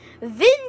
Vin